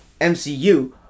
MCU